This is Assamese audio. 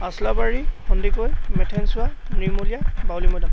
আচলাবাৰী সন্দিকৈ মেথেনচুৱা নিৰ্মলীয়া বাউলী মৈদাম